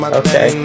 okay